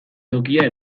tokia